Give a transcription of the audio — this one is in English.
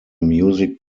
music